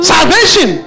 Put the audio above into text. Salvation